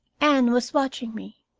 anne was watching me.